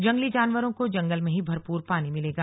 जंगली जानवरों को जंगल में ही भरपूर पानी मिलेगा